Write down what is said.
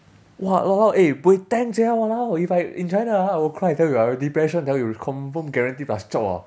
!wah! !walao! eh buay tank sia !walao! if I in china ah I will cry I tell you I will depression I tell you confirm guarantee plus chop orh